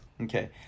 Okay